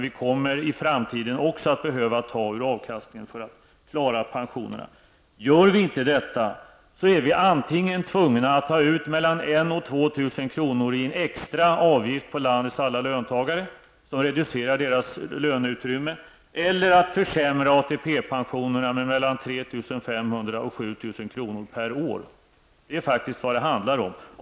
Vi kommer även i framtiden att behöva ta ur avkastningen för att klara pensionerna. Gör vi inte detta är vi antingen tvungna att ta ut mellan 1 000 och 2 000 kr. i en extra avgift av landets alla löntagare, och därigenom reducera deras löneutrymme, eller att försämra ATP Det är faktiskt vad det handlar om.